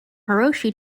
hiroshi